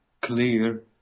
clear